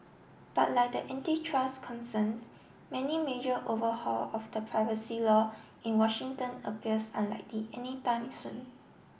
but like the antitrust concerns many major overhaul of the privacy law in Washington appears unlikely anytime soon